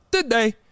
today